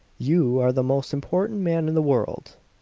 you are the most important man in the world.